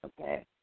okay